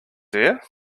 dear